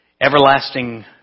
Everlasting